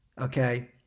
Okay